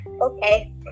Okay